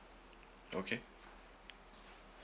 okay